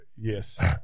Yes